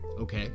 okay